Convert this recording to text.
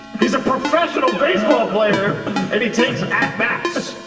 he's a professional baseball player and he takes at-bats.